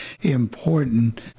important